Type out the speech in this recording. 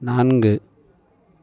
நான்கு